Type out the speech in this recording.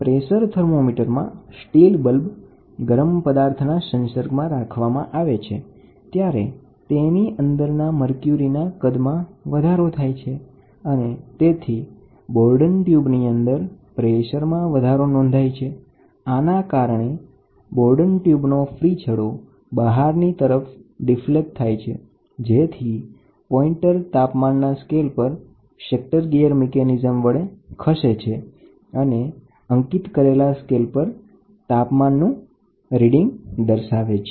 તો પ્રેસર થર્મોમીટરમાં steel bulb ગરમ પદાર્થના સંસર્ગ માં રાખવામાં આવે છે ત્યારે તેની અંદરના મર્ક્યુરી ના કદમાં વધારો થાય છે અને તેથી બોર્ડન ટયૂબ ની અંદર પ્રેશરમાં વધારો થાય છે આના કારણે ટયૂબ નો ફ્રી છેડો બહારની તરફ વળે છે જેથી પોઇન્ટર તાપમાનના સ્કેલ પર ખસે છે અને રીડિંગ દર્શાવે છે